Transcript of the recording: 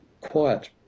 quiet